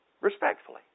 respectfully